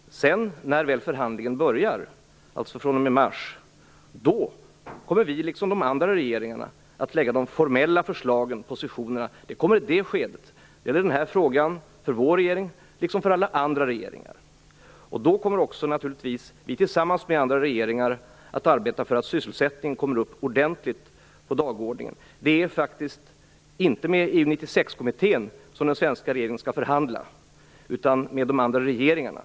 När väl förhandlingen börjar, alltså fr.o.m. mars, kommer vi liksom de andra regeringarna att lägga fram de formella förslagen och positionerna. Det kommer i det skedet. Det gäller i denna fråga för vår regering liksom för alla andra regeringar. Då kommer vi också naturligtvis tillsammans med andra regeringar att arbeta för att sysselsättningen kommer upp ordentligt på dagordningen. Det är faktiskt inte med EU-96-kommittén som den svenska regeringen skall förhandla, utan med de andra regeringarna.